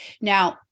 Now